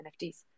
NFTs